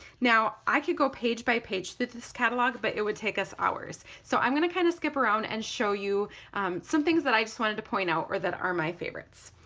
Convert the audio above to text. now i could go page by page through this catalog but it would take us hours so i'm going to kind of skip around and show you some things that i just wanted to point out or that are my favorites.